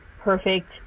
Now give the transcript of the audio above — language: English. perfect